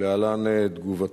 ולהלן תגובתו: